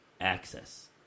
access